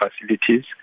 facilities